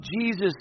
Jesus